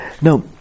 Now